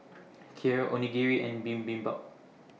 Kheer Onigiri and Bibimbap